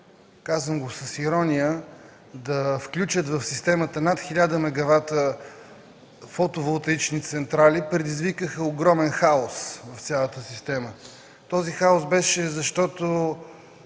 казвам го с ирония – да включат в системата над 1000 мегавата фотоволтаични централи и предизвикаха огромен хаос в цялата система. Този хаос беше, защото